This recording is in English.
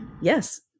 Yes